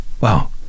wow